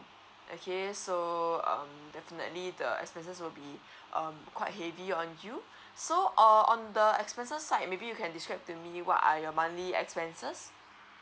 okay so um definitely the expenses will be um quite heavy on you so err on the expenses side maybe you can describe to me what are your monthly expenses